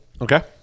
Okay